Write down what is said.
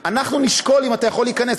אנחנו נשקול אם אתה יכול להיכנס.